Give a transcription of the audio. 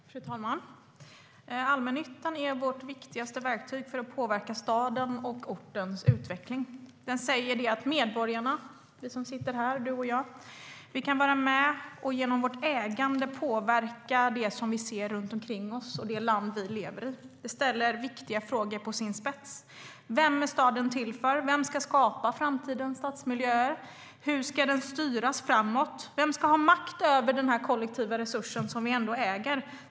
Fru talman! Allmännyttan är vårt viktigaste verktyg för att påverka stadens och ortens utveckling. Den säger att medborgarna - vi som sitter här, du och jag - kan vara med och genom vårt ägande påverka det som vi ser runt omkring oss och det land vi lever i. Det ställer viktiga frågor på sin spets. Vem är staden till för? Vem ska skapa framtidens stadsmiljöer? Hur ska detta styras framåt? Vem ska ha makt över denna kollektiva resurs, som vi ändå äger?